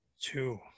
Two